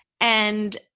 and-